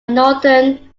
northern